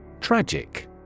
Tragic